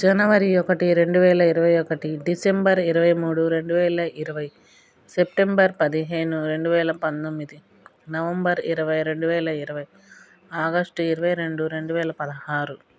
జనవరి ఒకటి రెండువేల ఇరవైఒకటి డిసెంబర్ ఇరవైమూడు రెండువేల ఇరవై సెప్టెంబర్ పదిహేను రెండువేల పంతొమ్మిది నవంబర్ ఇరవై రెండువేల ఇరవై ఆగస్ట్ ఇరవైరెండు రెండువేల పదహారు